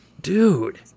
dude